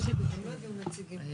להיות גבר, לעבוד, לא נותנים לי.